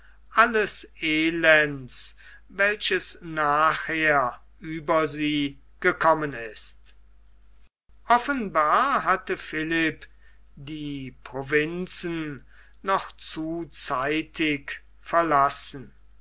alles elends welches nachher über sie gekommen ist offenbar hatte philipp die provinzen noch zu zeitig verlassen